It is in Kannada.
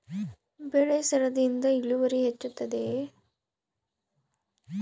ಬೆಳೆ ಸರದಿಯಿಂದ ಇಳುವರಿ ಹೆಚ್ಚುತ್ತದೆಯೇ?